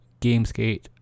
Gamesgate